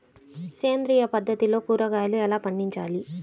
సేంద్రియ పద్ధతిలో కూరగాయలు ఎలా పండించాలి?